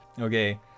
okay